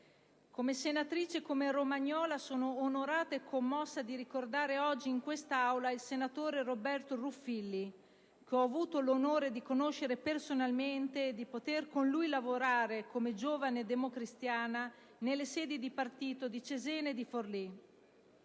come senatrice e come romagnola, io sono onorata e commossa di ricordare oggi in quest'Aula il senatore Roberto Ruffilli. Io ho avuto l'onore di conoscerlo personalmente e di poter con lui lavorare, come giovane democristiana, nelle sedi di partito di Cesena e di Forlì.